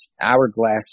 hourglass